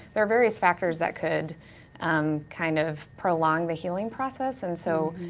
there are various factors that could um kind of prolong the healing process, and so,